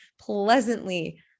pleasantly